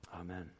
Amen